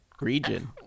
Region